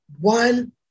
one